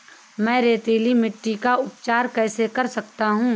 मैं रेतीली मिट्टी का उपचार कैसे कर सकता हूँ?